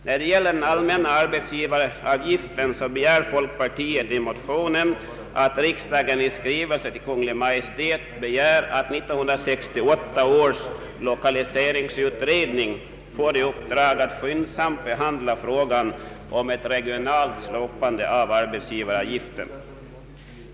När det gäller den allmänna arbetsgivaravgiften yrkar folkpartiet i motionen att riksdagen i skrivelse till Kungl. Maj:t begär att 1968 års lokaliseringsutredning får i uppdrag att skyndsamt behandla frågan om ett regionalt slopande av arbetsgivaravgiften.